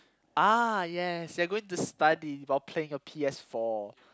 ah yes you are going to study while playing your P_S-four